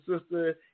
sister